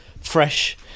fresh